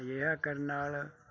ਅਜਿਹਾ ਕਰਨ ਨਾਲ